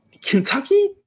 Kentucky